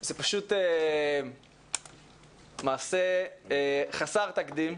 זה פשוט מעשה חסר תקדים.